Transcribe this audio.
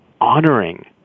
honoring